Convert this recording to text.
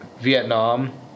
Vietnam